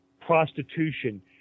prostitution